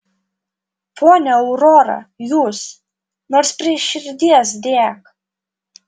ponia aurora jūs nors prie širdies dėk